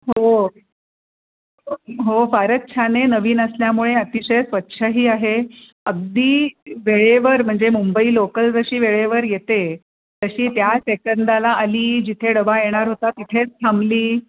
हो हो फारच छान आहे नवीन असल्यामुळे अतिशय स्वच्छही आहे अगदी वेळेवर म्हणजे मुंबई लोकल जशी वेळेवर येते तशी त्या सेकंदाला आली जिथे डबा येणार होता तिथेच थांबली